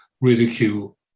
ridicule